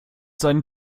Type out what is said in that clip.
seinen